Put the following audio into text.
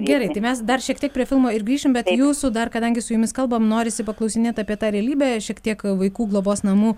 gerai tai mes dar šiek tiek prie filmo ir grįšim bet jūsų dar kadangi su jumis kalbam norisi paklausinėt apie tą realybę šiek tiek vaikų globos namų